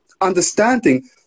understanding